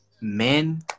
men